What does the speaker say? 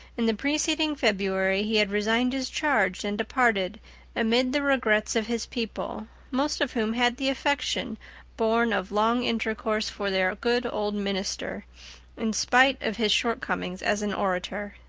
in the preceding february he had resigned his charge and departed amid the regrets of his people, most of whom had the affection born of long intercourse for their good old minister in spite of his shortcomings as an orator.